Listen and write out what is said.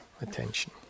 attention